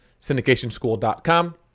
syndicationschool.com